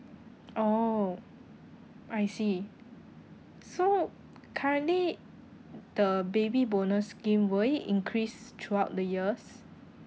oh I see so currently the baby bonus scheme will it increase throughout the years